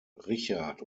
richard